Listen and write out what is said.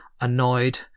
annoyed